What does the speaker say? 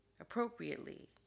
appropriately